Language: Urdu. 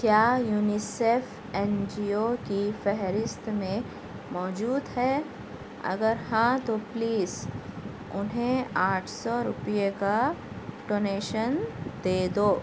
کیا یونیسیف این جی او کی فہرست میں موجود ہے اگر ہاں تو پلیز انہیں آٹھ سو روپیے کا ڈونیشن دے دو